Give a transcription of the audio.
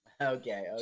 Okay